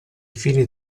fini